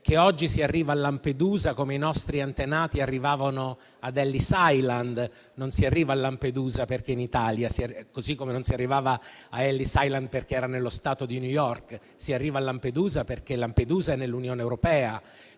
che oggi si arriva a Lampedusa come i nostri antenati arrivavano ad Ellis Island: non si arriva a Lampedusa perché è in Italia, così come non si arrivava a Ellis Island perché era nello stato di New York; si arriva a Lampedusa perché è nell'Unione europea.